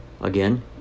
Again